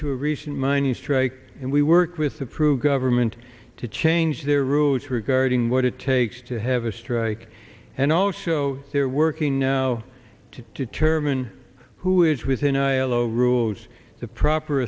to a recent money strike and we work with the pru government to change their rules regarding what it takes to have a strike and also they're working now to turman who is within a low rulz the proper